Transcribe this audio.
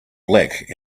black